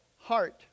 heart